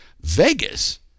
Vegas